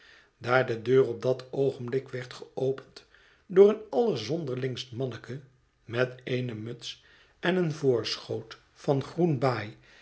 daar de deur op dat oogenblik werd geopend door een allerzonderlingst manneke met eene muts en een voorschoot van groen baai